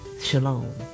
Shalom